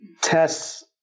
tests